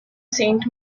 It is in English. saint